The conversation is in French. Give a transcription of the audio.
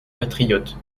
patriotes